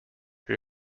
who